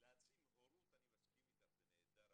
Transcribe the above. להעצים הורות, אני מסכים איתך, זה נהדר.